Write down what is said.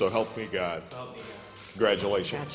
so help me god graduation